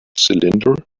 cylinder